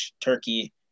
Turkey